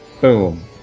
Boom